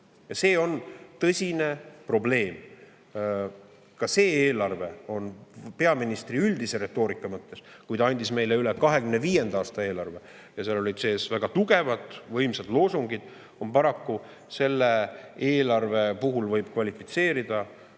See on tõsine probleem. Ka see eelarve on peaministri üldise retoorika mõttes selline – kui ta andis meile üle 2025. aasta eelarve, siis seal olid väga tugevad, võimsad loosungid –, et paraku selle eelarve võib kvalifitseerida